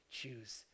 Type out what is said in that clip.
choose